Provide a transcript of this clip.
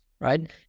Right